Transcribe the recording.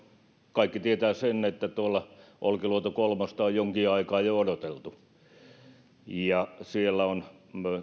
kaikki tietävät sen että olkiluoto kolmea on jo jonkin aikaa odoteltu siellä on